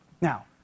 Now